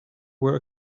were